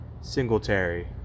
Singletary